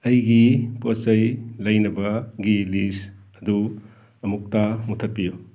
ꯑꯩꯒꯤ ꯄꯣꯠ ꯆꯩ ꯂꯩꯅꯒꯤ ꯂꯤꯁ ꯑꯗꯨ ꯑꯃꯨꯛꯇ ꯃꯨꯠꯊꯠꯄꯤꯌꯨ